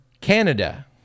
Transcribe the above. Canada